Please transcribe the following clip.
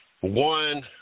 one